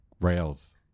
Rails